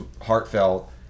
heartfelt